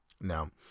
Now